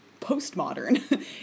postmodern